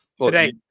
today